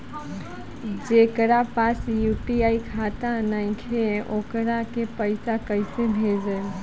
जेकरा पास यू.पी.आई खाता नाईखे वोकरा के पईसा कईसे भेजब?